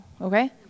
Okay